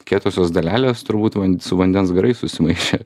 kietosios dalelės turbūt van su vandens garais susimaišę